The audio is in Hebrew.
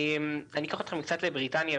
אני אקח אתכם קצת לבריטניה.